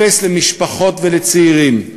אפס למשפחות ולצעירים,